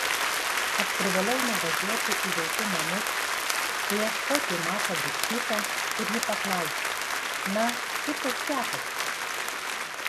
aš privalau nuvažiuoti į vaikų namus suieškoti matą butkiuką ir jį paklausti na kaip tau sekasi